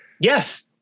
Yes